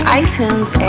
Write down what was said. iTunes